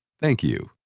thank you.